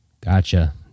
Gotcha